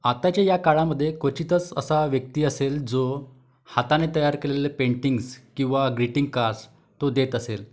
आत्ताच्या या काळामधे क्वचितच असा व्यक्ती असेल जो हाताने तयार केलेले पेंटिंग्ज किंवा ग्रिटिंग कार्ड्स तो देत असेल